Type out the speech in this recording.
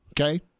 Okay